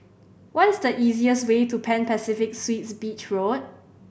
what's the easiest way to Pan Pacific Suites Beach Road